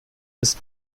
ist